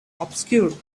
obscured